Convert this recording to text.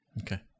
Okay